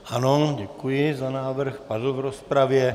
Ano, děkuji za návrh, padl v rozpravě.